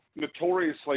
notoriously